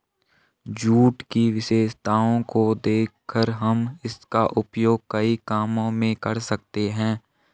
jute की विशेषताओं को देखकर हम इसका उपयोग कई कामों में कर सकते हैं